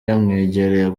yamwegereye